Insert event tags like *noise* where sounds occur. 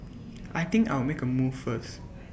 *noise* I think I'll make A move first